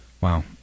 Wow